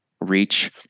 reach